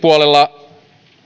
puolella